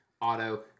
auto